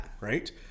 Right